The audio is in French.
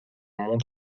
monte